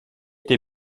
été